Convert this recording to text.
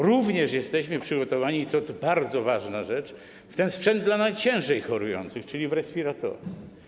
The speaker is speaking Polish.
Również jesteśmy przygotowani - i to bardzo ważna rzecz - jeżeli chodzi o sprzęt dla najciężej chorujących, czyli respiratory.